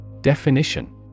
definition